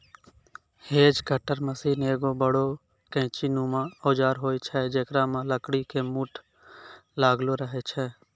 hedge cutter machine एक बड़ो कैंची नुमा औजार होय छै जेकरा मॅ लकड़ी के मूठ लागलो रहै छै